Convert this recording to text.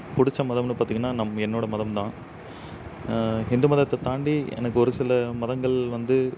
பிடிச்ச மதம்னு பார்த்திங்கன்னா நம் என்னோடய மதம் தான் ஹிந்து மதத்தை தாண்டி எனக்கு ஒரு சில மதங்கள் வந்து